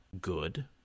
good